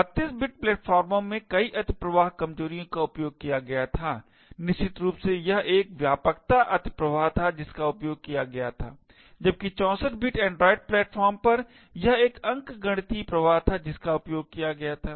32 bit प्लेटफार्मों पर कई अतिप्रवाह कमजोरियों का उपयोग किया गया था निश्चित रूप से यह एक व्यापकता अतिप्रवाह था जिसका उपयोग किया गया था जबकि 64 बिट एंड्रॉइड प्लेटफार्मों पर यह एक अंकगणित अतिप्रवाह था जिसका उपयोग किया गया था